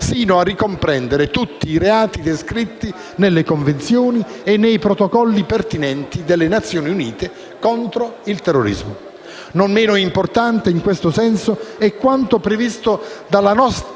sino a ricomprendere tutti i reati descritti nelle convenzioni e nei protocolli pertinenti delle Nazioni Unite contro il terrorismo. Non meno importante, in questo senso, è quanto previsto dalla nuova